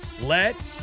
Let